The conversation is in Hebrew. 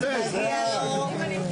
אפילו זה לא עלה לי,